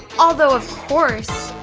although of course,